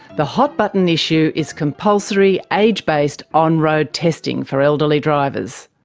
the hot-button issue is compulsory, age-based on-road testing for elderly drivers.